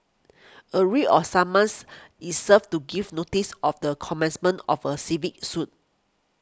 a writ of summons is served to give notice of the commencement of a civil suit